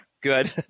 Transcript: good